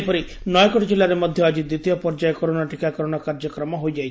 ସେହିପରି ନୟାଗଡ୍ ଜିଲ୍ଲାରେ ମଧ୍ଧ ଆଜି ଦିତୀୟ ପର୍ଯ୍ୟାୟ କରୋନା ଟିକାକରଣ କାର୍ଯ୍ୟକ୍ରମ ହୋଇଯାଇଛି